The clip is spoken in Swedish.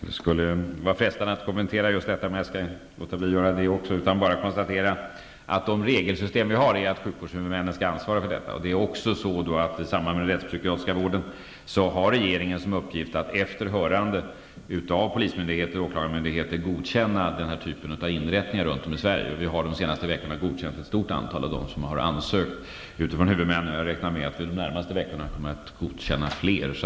Fru talman! Det är frestande att kommentera just detta, men jag skall låta bli att göra det. Jag kan bara konstatera att de regelsystem vi har innebär att sjukhushuvudmännen skall ansvara för vården. I samband med den rättspsykiatriska vården har regeringen som uppgift att efter hörande av polismyndigheter och åklagarmyndigheter godkänna denna typ av inrättningar runt om i Sverige. Regeringen har under de senaste veckorna godkänt ett stort antal inrättningar som huvudmännen ansökt om tillstånd för, och jag räknar med att regeringen under de närmaste veckorna kommer att godkänna fler.